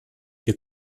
wir